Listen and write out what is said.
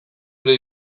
ere